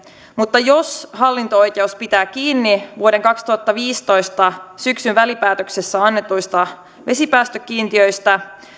mutta jos hallinto oikeus pitää kiinni vuoden kaksituhattaviisitoista syksyn välipäätöksessä annetuista vesipäästökiintiöistä